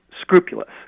scrupulous